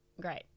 Great